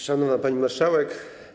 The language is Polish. Szanowna Pani Marszałek!